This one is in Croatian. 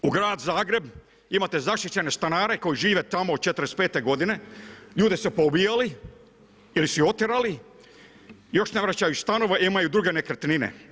U gradu Zagrebu imate zaštićene stanare koji žive tamo od '45. godine, ljude se poubijali ili su ih otjerali, još ne vraćaju stanove imaju druge nekretnine.